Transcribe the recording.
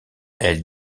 elle